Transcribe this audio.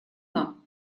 нам